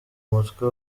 umutwe